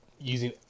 using